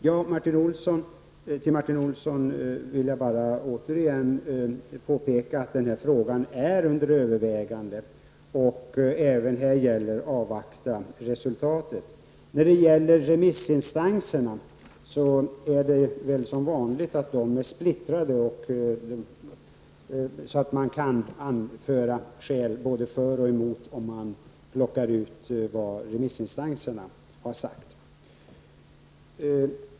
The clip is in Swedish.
Jag vill återigen påpeka för Martin Olsson att frågan är under övervägande, och även här gäller det att avvakta resultatet. Remissinstanserna är som vanligt splittrade. Det går att anföra skäl både för och emot när man ser över vad remissinstanserna har yttrat.